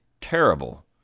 terrible